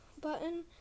button